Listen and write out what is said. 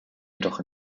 jedoch